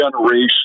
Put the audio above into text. generation